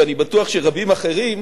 ואני בטוח שרבים אחרים,